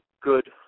good